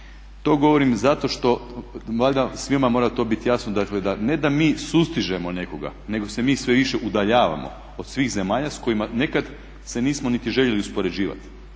To govorim zato što valjda svima mora to bit jasno dakle ne da mi sustižemo nekoga nego se mi sve više udaljavamo od svih zemalja s kojima nekad se nismo niti željeli uspoređivati